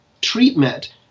treatment